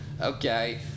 okay